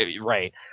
right